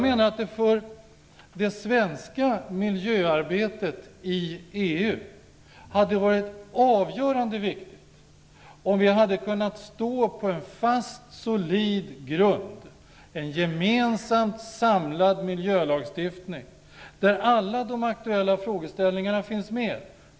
För det svenska miljöarbetet i EU hade det varit av avgörande betydelse om vi hade kunnat stå på en fast, solid grund - en gemensamt samlad miljölagstiftning där alla de aktuella frågeställningarna fanns med.